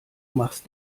machst